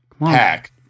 Hack